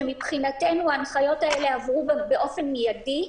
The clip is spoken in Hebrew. שמבחינתנו ההנחיות האלה עברו באופן מיידי.